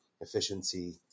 efficiency